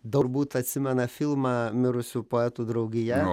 turbūt atsimena filmą mirusių poetų draugija